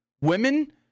women